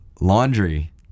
laundry